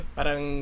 Parang